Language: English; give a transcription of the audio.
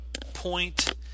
point